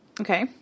Okay